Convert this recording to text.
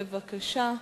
בבקשה.